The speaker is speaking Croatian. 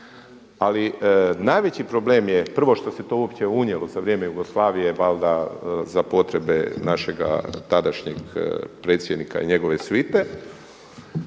Ali najveći problem je prvo što se to uopće unijelo za vrijeme Jugoslavije valjda za potrebe našega tadašnjeg predsjednika i njegove svite.